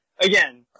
again